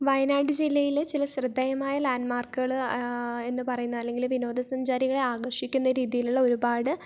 വയനാട് ജില്ലയിലെ ചില ശ്രദ്ധേയമായ ലാൻഡ്മാർക്കുകള് എന്ന് പറയുന്നത് അല്ലെങ്കില് വിനോദ സഞ്ചാരികളെ ആകർഷിക്കുന്ന രീതിയിലുള്ള ഒരുപാട്